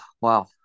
wow